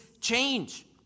change